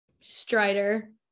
Strider